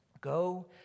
Go